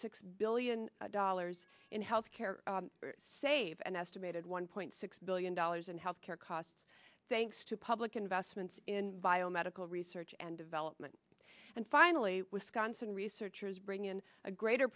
six billion dollars in health care save an estimated one point six billion dollars in health care costs thanks to public investments in biomedical research and development and finally wisconsin researchers bring in a greater